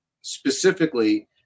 specifically